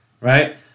right